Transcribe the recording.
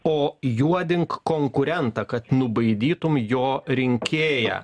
o juodink konkurentą kad nubaidytum jo rinkėją